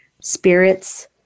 spirits